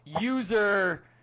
user